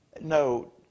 no